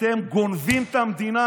אתם גונבים את המדינה.